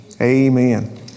Amen